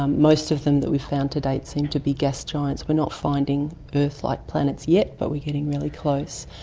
um most of them that we've found to date seem to be gas giants. we're not finding earth-like planets yet, but we're getting really close.